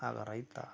ಆಗ ರೈತ